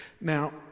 Now